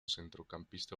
centrocampista